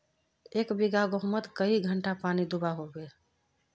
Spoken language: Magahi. एक बिगहा गेँहूत कई घंटा पानी दुबा होचए?